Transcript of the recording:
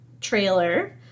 trailer